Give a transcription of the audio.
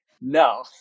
no